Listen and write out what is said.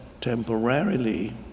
temporarily